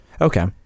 Okay